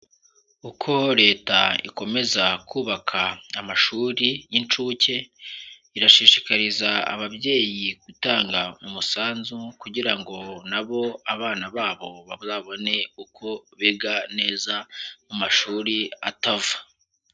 Uko leta ikomeza kubaka amashuri y'incuke, irashishikariza ababyeyi gutanga umusanzu, kugira ngo nabo abana babo babone uko biga neza mu mashuri atava.